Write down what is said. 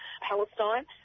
Palestine –